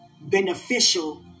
beneficial